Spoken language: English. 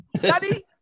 Daddy